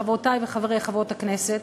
חברותי וחברי חברי הכנסת,